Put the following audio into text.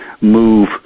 move